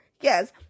Yes